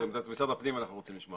בעניין הזה אנחנו רוצים לשמוע